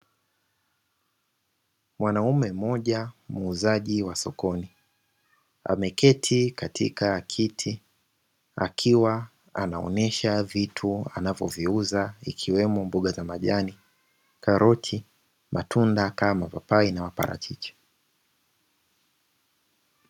Mwanaume mmoja muuzaji wa sokoni ameketi katika kiti akiwa anaonesha vitu anavyoviuza ikiwemo: mboga za majani, karoti, matunda kama mapapai na maparachichi.